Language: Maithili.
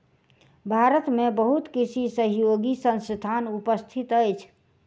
भारत में बहुत कृषि सहयोगी संस्थान उपस्थित अछि